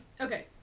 Okay